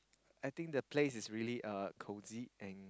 I think the place is really uh cosy and